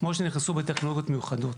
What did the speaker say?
כמו שנכנסו בתקנות מיוחדות.